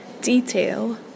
detail